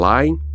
Lying